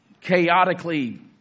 chaotically